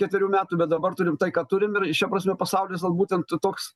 keturių metų bet dabar turim tai ką turim ir šia prasme pasaulis vat būtent toks